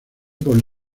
por